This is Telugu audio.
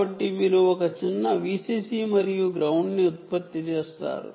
కాబట్టి మీరు ఒక చిన్న Vcc మరియు గ్రౌండ్ను ఉత్పత్తి చేస్తారు